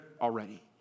already